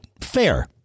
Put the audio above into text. Fair